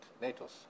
NATO's